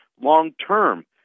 long-term